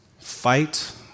Fight